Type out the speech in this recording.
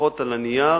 שלפחות על הנייר